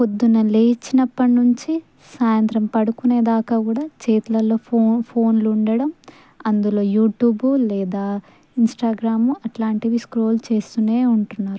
పొద్దున్న లేచినప్పటినుంచి సాయంత్రం పడుకునేదాకా కూడా చేతులలో ఫో ఫోన్లు ఉండడం అందులో యూట్యూబ్ లేదా ఇంన్స్టాగ్రాము అట్లాంటివి స్క్రోల్ చేస్తూనే ఉంటున్నారు